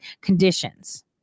conditions